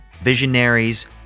visionaries